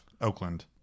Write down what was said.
Oakland